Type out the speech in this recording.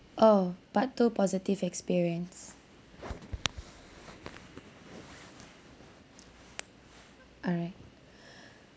oh part two positive experience alright